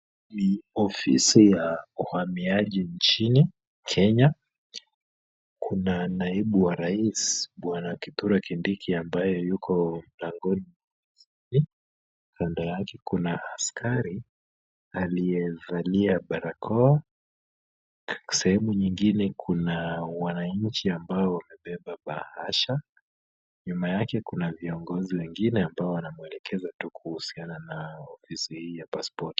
Ni ofisi ya uhamiaji nchini Kenya, kuna naibu wa rais, Bwana Kithure Kindiki ambaye yuko mlangoni mwa ofisi hii, kando yake kuna askari aliyevalia barakoa, sehemu nyingine kuna wananchi ambao wamebeba bahasha, nyuma yake kuna viongozi wengine ambao wanamwelekeza tu kuhusiana na ofisi hii ya pasipoti.